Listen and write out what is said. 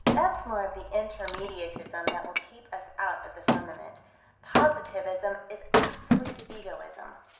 that's more of the intermediatism that will keep us out of the firmament positivism is absolute egoism.